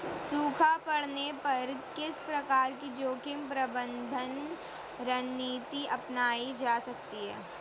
सूखा पड़ने पर किस प्रकार की जोखिम प्रबंधन रणनीति अपनाई जा सकती है?